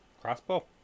Crossbow